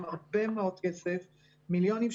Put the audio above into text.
הערת פתיחה.